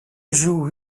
joue